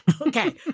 Okay